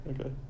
Okay